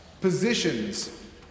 positions